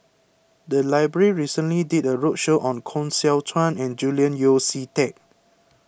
the library recently did a roadshow on Koh Seow Chuan and Julian Yeo See Teck